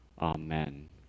Amen